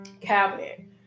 cabinet